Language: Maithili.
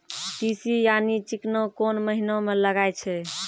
तीसी यानि चिकना कोन महिना म लगाय छै?